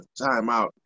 timeout